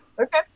Okay